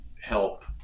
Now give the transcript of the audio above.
help